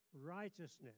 righteousness